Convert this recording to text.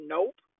Nope